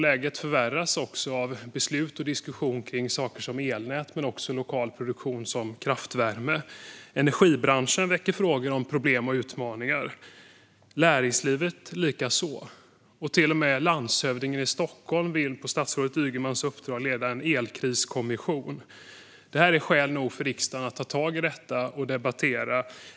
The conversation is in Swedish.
Läget förvärras också av beslut och diskussion kring saker som elnät men också om lokal produktion, som kraftvärme. Energibranschen väcker frågor om problem och utmaningar, näringslivet likaså. Till och med landshövdingen i Stockholm vill på statsrådet Ygemans uppdrag leda en elkriskommission. Det här är skäl nog för riksdagen att ta tag i detta och debattera det.